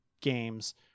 games